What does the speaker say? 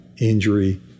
injury